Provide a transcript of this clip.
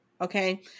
Okay